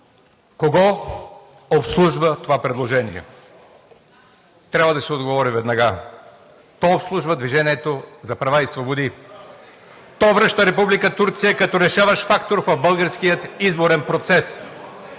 кого обслужва това предложение? Трябва да се отговори веднага: то обслужва „Движението за права и свободи“. (Реплика от ДПС.) То връща Република Турция като решаващ фактор в българския изборен процес!